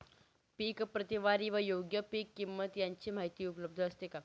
पीक प्रतवारी व योग्य पीक किंमत यांची माहिती उपलब्ध असते का?